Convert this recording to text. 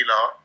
Law